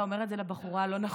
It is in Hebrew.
אתה אומר את זה לבחורה הלא-נכונה.